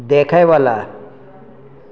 देखएवला